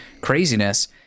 craziness